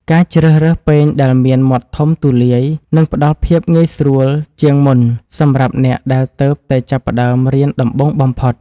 ការជ្រើសរើសពែងដែលមានមាត់ធំទូលាយនឹងផ្តល់ភាពងាយស្រួលជាងមុនសម្រាប់អ្នកដែលទើបតែចាប់ផ្តើមរៀនដំបូងបំផុត។